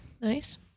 Nice